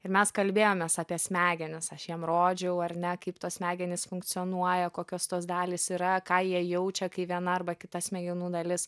ir mes kalbėjomės apie smegenis aš jiem rodžiau ar ne kaip tos smegenys funkcionuoja kokios tos dalys yra ką jie jaučia kai viena arba kita smegenų dalis